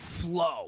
flow